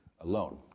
alone